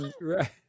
right